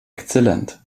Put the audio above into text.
exzellent